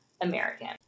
American